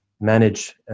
manage